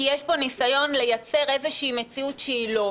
כי יש פה ניסיון לייצר איזושהי מציאות שהיא לא,